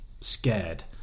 scared